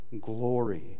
Glory